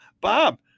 Bob